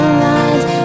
lines